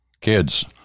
kids